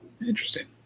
Interesting